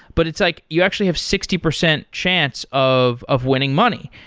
but it's like you actually have sixty percent chance of of winning money.